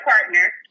partner